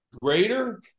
greater